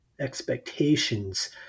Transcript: expectations